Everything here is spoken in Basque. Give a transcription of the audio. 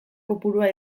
kopurua